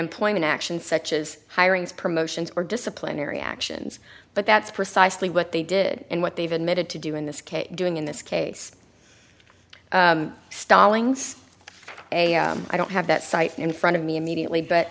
employment action such as hiring is promotions or disciplinary actions but that's precisely what they did and what they've admitted to do in this case doing in this case stylings i don't have that cite in front of me immediately but